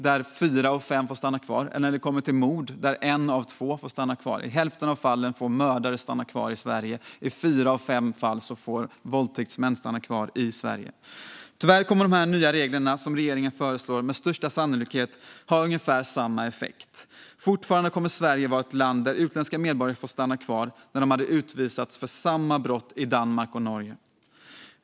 Fyra av fem dömda får stanna kvar. När det gäller mord får en av två dömda stanna kvar. I hälften av fallen får mördare stanna kvar i Sverige. I fyra av fem fall får våldtäktsmän stanna kvar i Sverige. Tyvärr kommer de nya reglerna, som regeringen föreslår, med största sannolikhet att ha samma effekt. Fortfarande kommer Sverige att vara ett land där utländska medborgare som döms får stanna kvar, men om de hade begått samma brott i Danmark och Norge hade de utvisats.